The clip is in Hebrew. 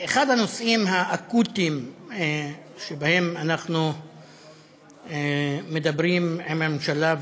אחד הנושאים האקוטיים שבהם אנחנו מדברים עם הממשלה,